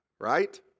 Right